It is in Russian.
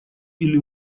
или